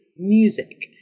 music